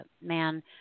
man